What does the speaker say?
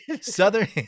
Southern